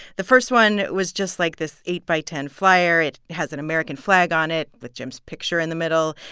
the first one was just like this eight by ten flyer. it has an american flag on it with jim's picture in the middle.